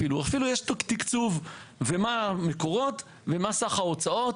אפילו יש תיק תקצוב, ומה המקורות ומה סך ההוצאות,